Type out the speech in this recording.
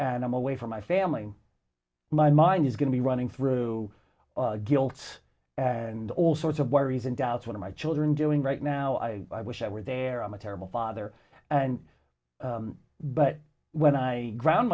and i'm away from my family my mind is going to be running through guilt and all sorts of worries and doubts one of my children doing right now i wish i were there i'm a terrible father and but when i ground